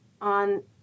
on